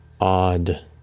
odd